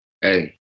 hey